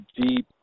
deep